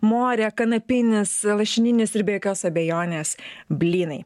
morė kanapinis lašininis ir be jokios abejonės blynai